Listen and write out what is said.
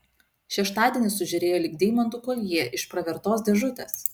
šeštadienis sužėrėjo lyg deimantų koljė iš pravertos dėžutės